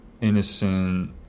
innocent